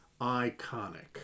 iconic